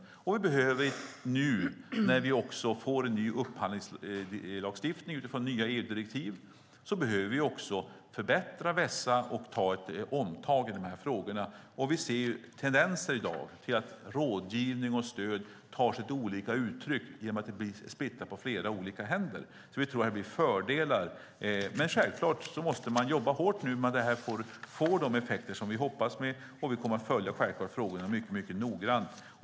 Vi behöver också - nu när vi får en ny upphandlingslagstiftning utifrån nya EU-direktiv - förbättra och vässa och ta ett omtag i dessa frågor. Vi ser i dag tendenser till att rådgivning och stöd tar sig lite olika uttryck genom att den splittras på flera olika händer. Därför tror vi att detta ger fördelar. Men självklart måste man jobba hårt så att detta får de effekter som vi hoppas, och vi kommer självklart att följa frågorna mycket noga.